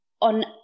on